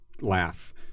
laugh